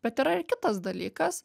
bet yra ir kitas dalykas